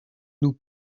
nous